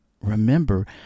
remember